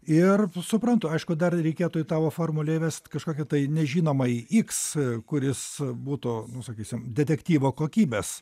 ir suprantu aišku dar reikėtų į tavo formulę įvest kažkokį tai nežinomąjį x kuris būtų nu sakysim detektyvo kokybės